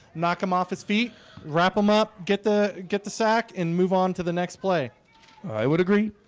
knock him off his feet wrap him up get the get the sack and move on to the next play i would agree